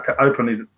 openly